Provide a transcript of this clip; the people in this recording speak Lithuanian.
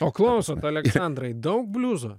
o klausot aleksandrai daug bliuzo